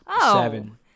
seven